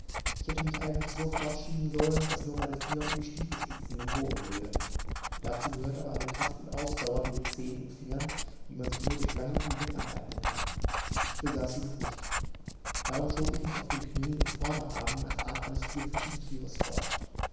ich hätte mich eigentlich so fortschieben sollen daß nur meine finger und die stiefelspitzen den boden berührten dazu gehört aber eine kraft und ausdauer in den zehen und fingern die man sich nur durch lange uebung aneignen kann ich besaß sie noch nicht darum schob ich mich auf den knieen und vorderarmen nach art eines vierfüßigen tieres fort